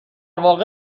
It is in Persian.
واقع